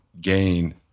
gain